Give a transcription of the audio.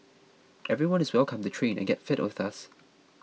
everyone is welcome to train and get fit with us